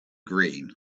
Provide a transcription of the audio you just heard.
green